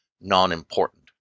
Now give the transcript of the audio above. non-important